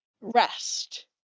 rest